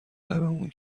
لبمون